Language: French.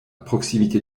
proximité